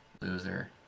loser